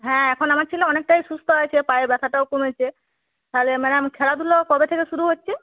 হ্যাঁ এখন আমার ছেলে অনেকটাই সুস্থ আছে পায়ের ব্যথাটাও কমেছে তাহলে ম্যাডাম খেলাধুলো কবে থেকে শুরু হচ্ছে